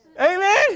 Amen